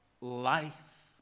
life